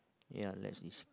ya that is